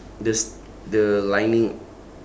the s~ the lining